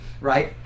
right